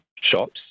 shops